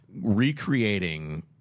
recreating